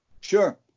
Sure